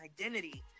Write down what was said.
identity